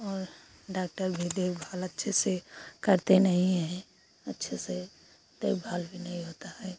और डाक्टर भी देखभाल अच्छे से करते नहीं हैं अच्छे से देखभाल भी नहीं होती है